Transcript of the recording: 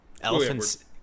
Elephant's